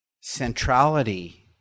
centrality